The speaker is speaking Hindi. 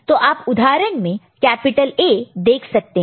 तो आप उदाहरण में कैपिटल A देख सकते हैं